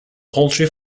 poultry